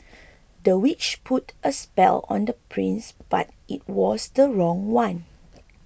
the witch put a spell on the prince but it was the wrong one